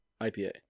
IPA